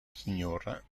signora